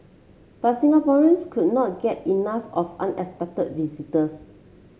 but Singaporeans could not get enough of unexpected visitors